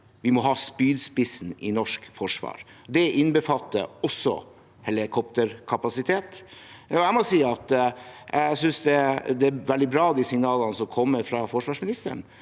vi må ha spydspissen i norsk forsvar. Det innbefatter også helikopterkapasitet. Jeg må si at jeg synes det er veldig bra med signalene som kommer fra forsvarsministeren,